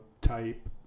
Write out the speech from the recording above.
type